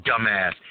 dumbass